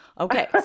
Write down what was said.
Okay